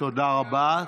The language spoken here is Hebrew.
תודה רבה.